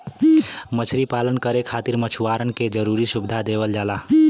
मछरी पालन करे खातिर मछुआरन के जरुरी सुविधा देवल जाला